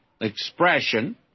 expression